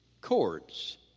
chords